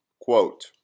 Quote